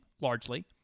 largely